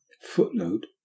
footnote